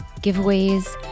giveaways